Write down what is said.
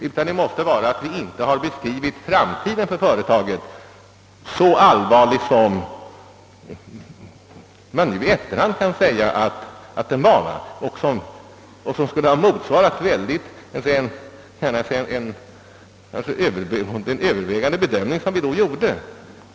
Det måste i stället vara att vi inte har beskrivit framtiden för företaget som så allvarlig som man nu i efterhand kan säga att den var — en beskrivning som skulle ha motsvarat den övervägande bedömning vi då gjorde.